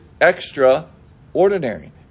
extraordinary